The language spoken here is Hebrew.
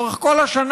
לאורך כל השנה,